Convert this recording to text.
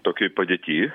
tokioj padėty